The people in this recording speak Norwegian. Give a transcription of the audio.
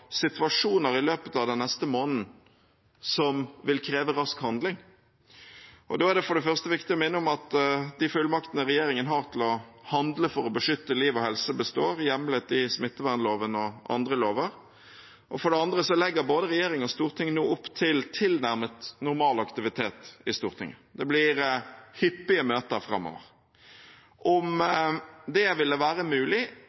situasjoner i løpet av den neste måneden som vil kreve rask handling. Da er det for det første viktig å minne om at de fullmaktene regjeringen har til å handle for å beskytte liv og helse, består, hjemlet i smittevernloven og andre lover. For det andre legger både regjering og storting nå opp til tilnærmet normal aktivitet i Stortinget. Det blir hyppige møter framover. Om det ville være mulig,